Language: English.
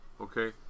Okay